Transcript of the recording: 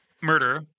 Murder